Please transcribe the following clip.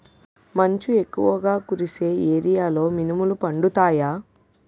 మంచు ఎక్కువుగా కురిసే ఏరియాలో మినుములు పండుతాయా?